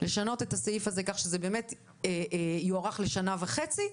לשנות את הסעיף הזה כך שזה יוארך לשנה וחצי,